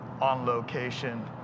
on-location